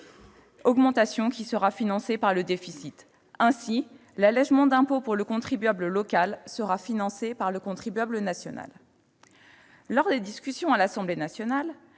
surcharge qui sera financée par le déficit. Ainsi, l'allégement d'impôt pour le contribuable local sera financé par le contribuable national ... Au cours des débats à l'Assemblée nationale,